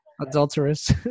Adulterous